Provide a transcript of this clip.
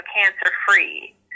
cancer-free